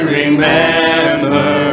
remember